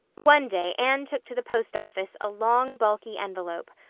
one day anne took to the post office a long, bulky envelope,